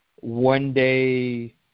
one-day